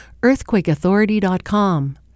Earthquakeauthority.com